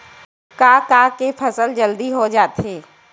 का का के फसल जल्दी हो जाथे?